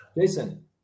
Jason